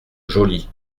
joli